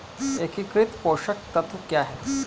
एकीकृत पोषक तत्व क्या है?